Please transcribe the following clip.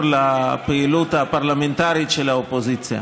לפעילות הפרלמנטרית של האופוזיציה.